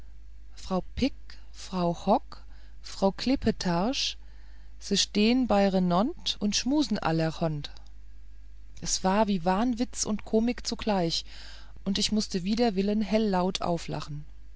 frau pick frau hock frau kle pe tarsch se stehen beirenond und schmusen allerhond es war wie wahnwitz und komik zugleich und ich mußte wider willen hellaut auflachen